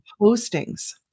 postings